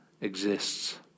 exists